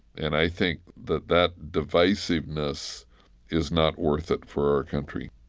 and i think that that divisiveness is not worth it for our country